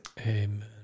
Amen